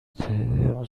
دلمو